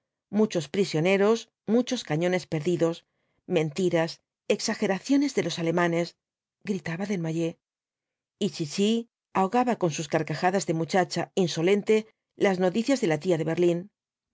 muchos prisioneros muchos cañones perdidos mentiras exageraciones de los alemanes gritaba desnoyers y chichi ahogaba con sus carcajadas de muchacha insolente las noticias de la tía de berlín